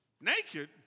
naked